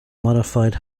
modified